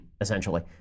essentially